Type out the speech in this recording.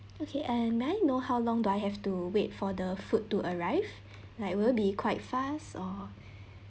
okay and may I know how long do I have to wait for the food to arrive like will it be quite fast or